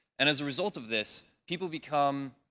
and as a result of this, people become,